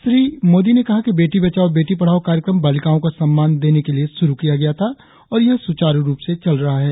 श्री मोदी ने कहा कि बेटी बचाओ बेटी पढ़ाओ कार्यक्रम बालिकाओं को सम्मान देने के लिए शुरु किया गया था और यह सुचारु रुप से चल रहा है